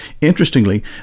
Interestingly